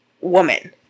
woman